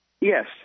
Yes